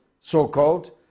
so-called